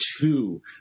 two